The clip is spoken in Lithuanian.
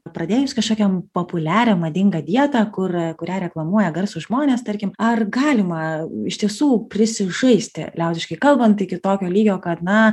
pradėjus kažkokią populiarią madingą dietą kur kurią reklamuoja garsūs žmonės tarkim ar galima iš tiesų prisižaisti liaudiškai kalbant iki tokio lygio kad na